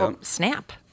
snap